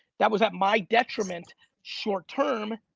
that was at my detriment short term.